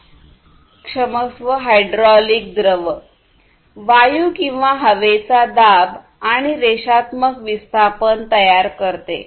क्षमस्व हायड्रॉलिक द्रव वायू किंवा हवेचा दाब आणि रेषात्मक विस्थापन तयार करते